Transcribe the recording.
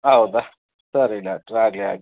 ಹೌದಾ ಸರಿ ಡಾಕ್ಟ್ರೇ ಆಗಲಿ ಆಗಲಿ